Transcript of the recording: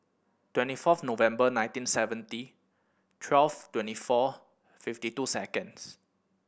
twenty first November nineteen seventy twelve twenty four fifty two seconds